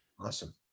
Awesome